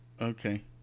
okay